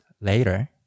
later